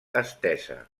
estesa